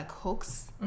hooks